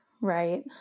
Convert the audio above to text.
Right